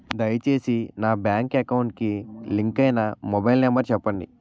దయచేసి నా bank account కి లింక్ అయినా మొబైల్ నంబర్ చెప్పండి